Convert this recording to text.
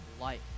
life